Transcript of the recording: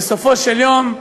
בסופו של יום,